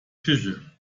küche